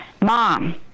Mom